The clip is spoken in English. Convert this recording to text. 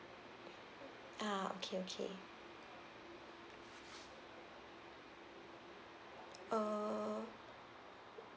ah okay okay uh